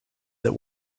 that